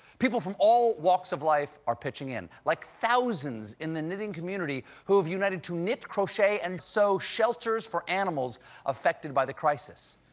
people from all walks of life are pitching in, like thousands in the knitting community who have united to knit, crochet, and sew shelters for animals affected by the crisis.